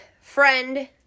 friend